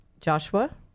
Joshua